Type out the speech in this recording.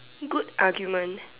good argument